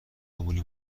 عمری